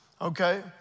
Okay